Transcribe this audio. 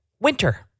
Winter